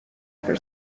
for